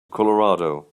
colorado